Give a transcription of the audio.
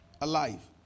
alive